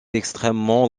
extrêmement